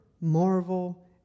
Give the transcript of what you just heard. marvel